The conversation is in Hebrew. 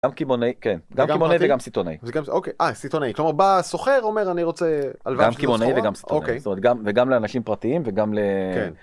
גם כקימונעי, כן, גם קמונאי וגם סיטונאי. זה גם, אוקיי, אה, סיתונאי. כלומר, בא סוחר אומר, אני רוצה... גם קמונאי וגם סיטונאי, זאת אומרת, וגם לאנשים פרטיים וגם ל...